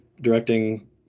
directing